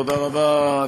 תודה רבה,